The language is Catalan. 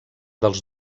dels